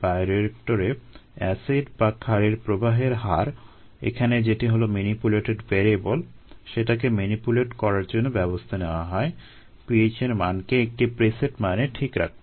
বায়োরিয়েক্টরে এসিড বা ক্ষারের প্রবাহের হার এখানে যেটি হলো ম্যানিপুলেটেড ভ্যারিয়েবল সেটাকে ম্যানিপুলেট করার জন্য ব্যবস্থা নেওয়া হয় pH এর মানকে একটি প্রিসেট মানে ঠিক রাখতে